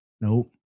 Nope